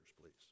please